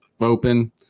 open